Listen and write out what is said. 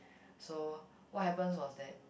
so what happens was that